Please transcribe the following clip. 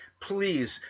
please